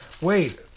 Wait